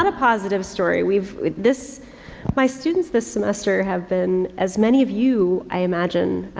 and positive story. we've this my students this semester have been, as many of you i imagine,